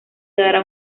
dará